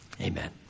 Amen